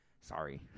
Sorry